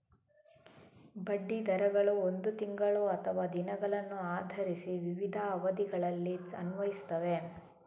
ಬಡ್ಡಿ ದರಗಳು ಒಂದು ತಿಂಗಳು ಅಥವಾ ದಿನಗಳನ್ನು ಆಧರಿಸಿ ವಿವಿಧ ಅವಧಿಗಳಲ್ಲಿ ಅನ್ವಯಿಸುತ್ತವೆ